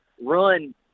run